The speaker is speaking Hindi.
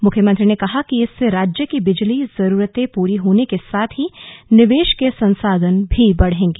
मुख्यमंत्री ने कहा कि इससे राज्य की बिजली जरूरते पूरी होने के साथ ही निवेश के संसाधन भी बढ़ेगे